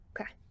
Okay